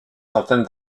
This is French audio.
centaines